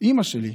אימא שלי,